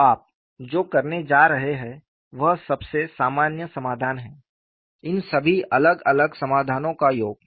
तो आप जो करने जा रहे हैं वह सबसे सामान्य समाधान है इन सभी अलग अलग समाधानों का योग